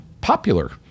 popular